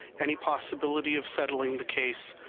any possibility of settling the case,